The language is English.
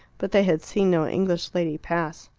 but they had seen no english lady pass.